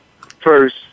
first